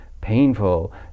painful